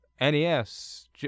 NES